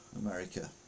America